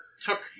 took